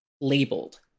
labeled